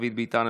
דוד ביטן,